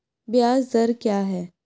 ब्याज दर क्या है?